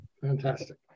Fantastic